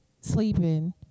sleeping